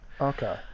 okay